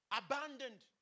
abandoned